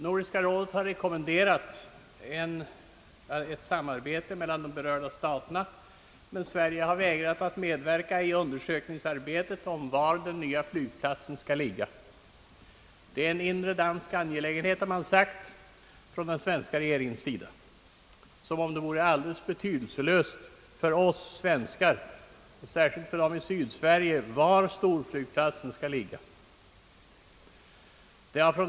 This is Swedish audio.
Nordiska rådet har rekommenderat ett samarbete mellan de av denna fråga närmast berörda staterna, men Sverige har vägrat medverka i undersökningarna om var den nya flygplatsen skall ligga. Det är en inre dansk angelägenhet, har man sagt från svenska regeringens sida — som om det vore alldeles betydelselöst för oss svenskar och särskilt då dem som bor i Sydsverige var storflygplatsen skall ligga.